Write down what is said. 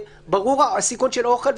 ברור הסיכון של אוכל,